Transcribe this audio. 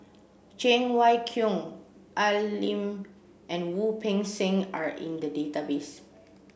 Cheng Wai Keung Al Lim and Wu Peng Seng are in the database